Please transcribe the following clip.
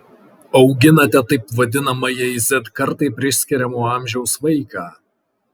auginate taip vadinamajai z kartai priskiriamo amžiaus vaiką